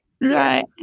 Right